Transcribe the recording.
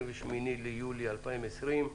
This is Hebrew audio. היום 28 ביולי 2020,